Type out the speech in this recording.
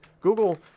Google